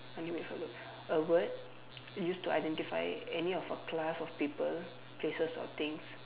I need wait for load a word used to identify any of a class of people places or things